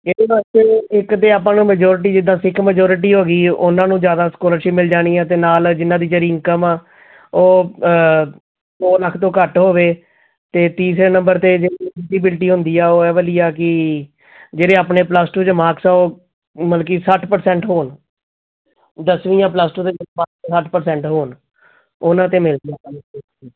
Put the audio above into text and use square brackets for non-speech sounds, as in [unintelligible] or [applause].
ਇਹਦੇ ਵਾਸਤੇ ਇੱਕ ਤਾਂ ਆਪਾਂ ਨੂੰ ਮਜ਼ੋਰਟੀ ਜਿੱਦਾਂ ਸਿੱਖ ਮਜ਼ੋਰਟੀ ਹੋ ਗਈ ਉਹਨਾਂ ਨੂੰ ਜ਼ਿਆਦਾ ਸਕੋਲਰਸ਼ਿਪ ਮਿਲ ਜਾਣੀ ਹੈ ਅਤੇ ਨਾਲ਼ ਜਿਨ੍ਹਾਂ ਦੀ ਜਿਹੜੀ ਇਨਕਮ ਆ ਉਹ ਦੋ ਲੱਖ ਤੋਂ ਘੱਟ ਹੋਵੇ ਅਤੇ ਤੀਸਰੇ ਨੰਬਰ 'ਤੇ ਜਿਹੜੀ ਇਲਜ਼ੀਬਿਲਟੀ ਹੁੰਦੀ ਆ ਉਹ ਇਹ ਵਾਲੀ ਆ ਕਿ ਜਿਹੜੇ ਆਪਣੇ ਪਲੱਸ ਟੂ 'ਚ ਮਾਰਕਸ ਆ ਉਹ ਮਤਲਬ ਕਿ ਸੱਠ ਪ੍ਰਸੈਂਟ ਹੋਣ ਦਸਵੀਂ ਜਾਂ ਪਲੱਸ ਟੂ [unintelligible] ਸੱਠ ਪ੍ਰਸੈਂਟ ਹੋਣ ਉਹਨਾਂ 'ਤੇ ਮਿਲ [unintelligible]